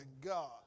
God